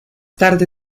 tarde